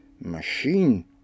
machine